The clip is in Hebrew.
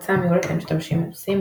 הפצה המיועדת למשתמשים מנוסים,